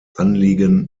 anliegen